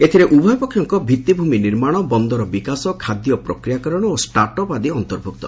ଏଥିରେ ଉଭୟପକ୍ଷଙ୍କ ଭିତ୍ତିଭୂମି ନିର୍ମାଣ ବନ୍ଦର ବିକାଶ ଖାଦ୍ୟ ପ୍ରକ୍ରିୟାକରଣ ଓ ଷ୍ଟାଟ୍ଅପ୍ ଆଦି ଅନ୍ତର୍ଭୁକ୍ତ